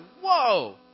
whoa